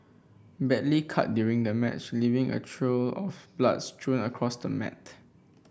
badly cut during the match leaving a of bloods strewn across the mat